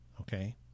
okay